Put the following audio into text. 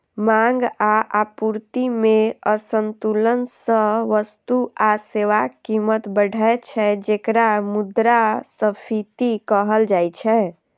मांग आ आपूर्ति मे असंतुलन सं वस्तु आ सेवाक कीमत बढ़ै छै, जेकरा मुद्रास्फीति कहल जाइ छै